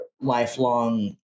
lifelong